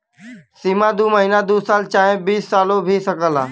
सीमा दू महीना दू साल चाहे बीस सालो भी सकेला